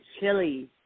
chili